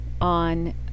on